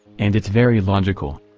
and it's very logical.